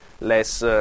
less